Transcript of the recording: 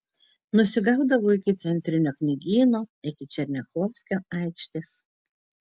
nusigaudavau iki centrinio knygyno iki černiachovskio aikštės